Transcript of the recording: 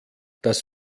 dass